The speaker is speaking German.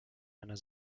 einer